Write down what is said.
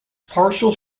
partial